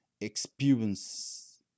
experience